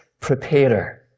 preparer